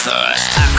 First